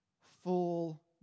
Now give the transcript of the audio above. full